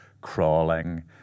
crawling